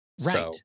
Right